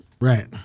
Right